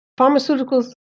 pharmaceuticals